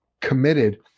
committed